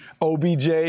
OBJ